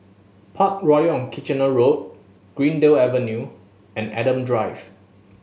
Parkroyal on Kitchener Road Greendale Avenue and Adam Drive